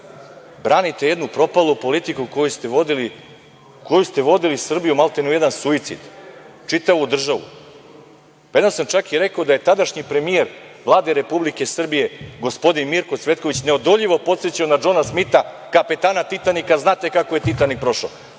Branite jednu propalu politiku kojom ste vodili Srbiju maltene u jedan suicid, čitavu državu. Jednom sam čak i rekao da je tadašnji premijer Vlade Republike Srbije gospodin Mirko Cvetković neodoljivo podsećao na Džona Smita, kapetana Titanika, a znate kako je Titanik prišao.